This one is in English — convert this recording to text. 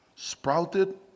sprouted